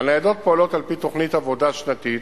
הניידות פועלות על-פי תוכנית עבודה שנתית